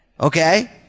Okay